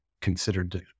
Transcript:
considered